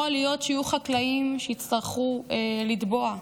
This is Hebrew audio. יכול להיות שיהיו חקלאים שיצטרכו לתבוע,